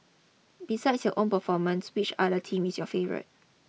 besides your own performance which other team is your favourite